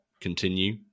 continue